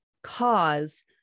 cause